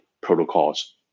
protocols